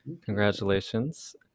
Congratulations